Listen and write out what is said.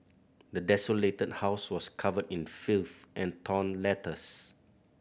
the desolated house was covered in filth and torn letters